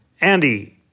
Andy